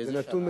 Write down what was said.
זה נתון מזעזע.